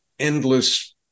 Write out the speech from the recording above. endless